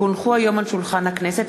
כי הונחו היום על שולחן הכנסת,